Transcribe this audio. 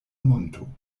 monto